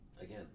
again